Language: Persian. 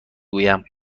گویم